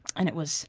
and it was